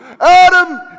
Adam